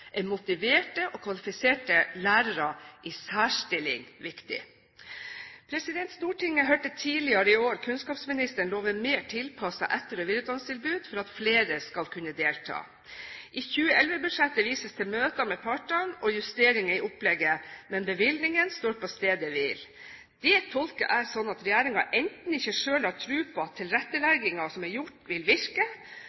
er motiverte og kvalifiserte lærere i særstilling viktig. Stortinget hørte tidligere i år kunnskapsministeren love mer tilpassede etter- og videreutdanningstilbud for at flere skal kunne delta. I 2011-budsjettet vises det til møter med partene og justeringer i opplegget, men bevilgningen står på stedet hvil. Det tolker jeg slik at regjeringen enten ikke selv har tro på at